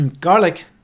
garlic